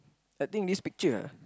I think this picture ah